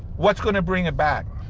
what's going to bring it back?